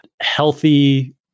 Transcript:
healthy